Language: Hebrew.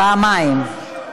פעמיים.